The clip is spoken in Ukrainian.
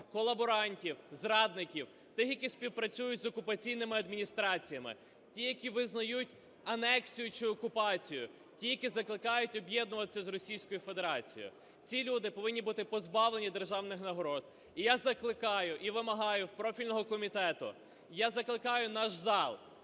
колаборантів, зрадників, тих, які співпрацюють з окупаційними адміністраціями, тих, які визнають анексію чи окупацію, тих, які закликають об'єднуватися з Російською Федерацією. Ці люди повинні бути позбавлені державних нагород. І я закликаю і вимагаю у профільного комітету, я закликаю наш зал